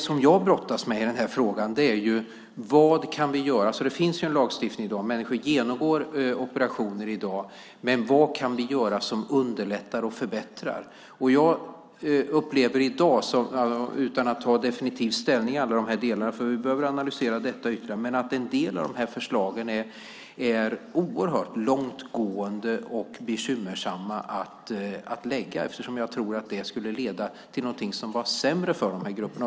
Det jag brottas med i den här frågan är vad vi kan göra. Det finns en lagstiftning i dag. Människor genomgår operationer i dag, men vad kan vi göra som underlättar och förbättrar? Utan att ta ställning i alla delar - vi behöver analysera detta ytterligare - upplever jag att en del av dessa förslag är oerhört långtgående och bekymmersamma att lägga fram. Jag tror att de skulle leda till något som var sämre för dessa grupper.